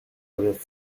avaient